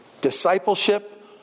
discipleship